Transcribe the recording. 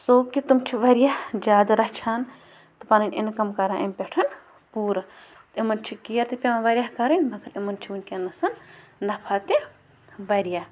سو کہِ تٕم چھِ واریاہ جادٕ رَچھان تہٕ پَنٕنۍ اِنکَم کَران امۍ پٮ۪ٹھ پوٗرٕ تہٕ یِمَن چھِ کِیَر تہِ پٮ۪وان واریاہ کَرٕنۍ مگر یِمَن چھِ وٕنکٮ۪نَسَن نفع تہِ واریاہ